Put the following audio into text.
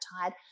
tired